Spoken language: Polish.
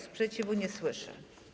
Sprzeciwu nie słyszę.